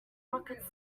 rocket